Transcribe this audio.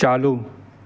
चालू